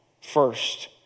first